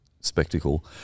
spectacle